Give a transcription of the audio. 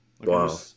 Wow